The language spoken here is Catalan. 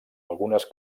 algunes